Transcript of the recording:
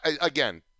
Again